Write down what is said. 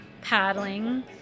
paddling